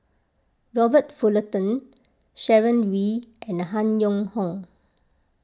Robert Fullerton Sharon Wee and Han Yong Hong